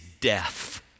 death